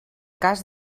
cas